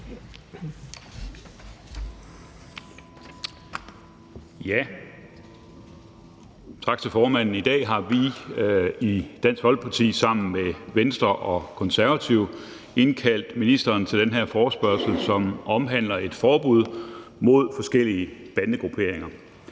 Tak til formanden. I dag har vi i Dansk Folkeparti sammen med Venstre og Konservative indkaldt ministeren til den her forespørgsel, som omhandler et forbud mod forskellige bandegrupperinger.